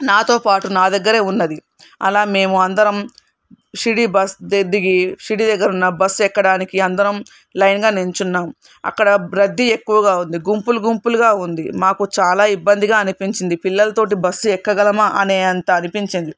నాతో పాటు నా దగ్గరే ఉన్నది అలా మేము అందరం షిరిడి బస్ దిగి షిరిడి దగ్గర ఉన్న బస్ ఎక్కడానికి అందరం లైన్గా నిలుచున్నాము అక్కడ రద్దీ ఎక్కువగా ఉంది గుంపులు గుంపులుగా ఉంది మాకు చాలా ఇబ్బందిగా అనిపించింది పిల్లలతోటి బస్సు ఎక్కగలమా అనే అంత అనిపించింది